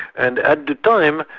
and at the time,